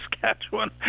Saskatchewan